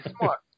smart